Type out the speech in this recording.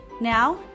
Now